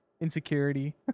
Insecurity